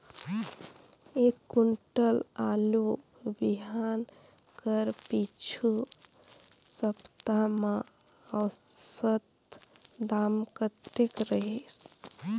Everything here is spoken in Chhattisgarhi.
एक कुंटल आलू बिहान कर पिछू सप्ता म औसत दाम कतेक रहिस?